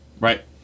right